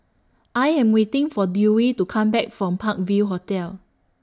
I Am waiting For Dewey to Come Back from Park View Hotel